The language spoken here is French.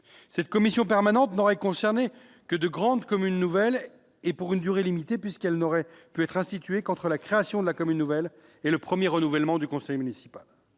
Cette commission permanente n'aurait concerné que de grandes communes nouvelles et pour une durée limitée, puisqu'elle n'aurait pu être instituée qu'entre la création de la commune nouvelle et le premier renouvellement du conseil municipal.